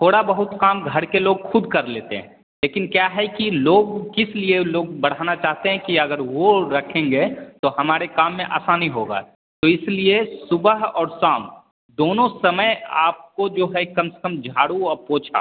थोड़ा बहुत काम घर के लोग ख़ुद कर लेते हैं लेकिन क्या है कि लोग किसलिए लोग बढ़ाना चाहते हैं कि अगर वो रखेंगे तो हमारे काम में आसानी होगा तो इसलिए सुबह और शाम दोनों समय आपको जो है कम से कम झाड़ू और पोछा